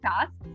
tasks